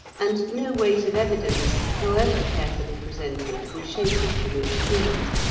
and no weight of evidence, however carefully presented, would shake it in its creed.